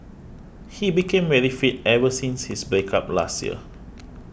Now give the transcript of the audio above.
he became very fit ever since his break up last year